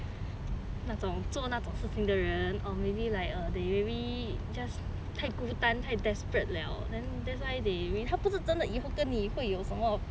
那种做那种的人 or maybe like err they really just 太孤单太 desperate liao then that's why they really 他不是真的以后跟你会有什么